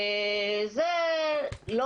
זה לא תקין בעיני.